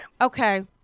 Okay